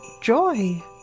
joy